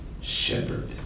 shepherd